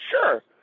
Sure